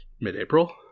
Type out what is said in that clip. mid-April